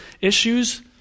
issues